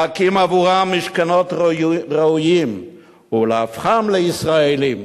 להקים עבורם משכנות ראויים ולהופכם לישראלים.